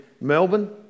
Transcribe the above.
Melbourne